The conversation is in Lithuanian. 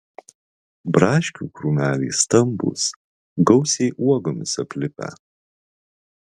braškių krūmeliai stambūs gausiai uogomis aplipę